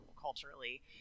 culturally